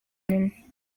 inyuma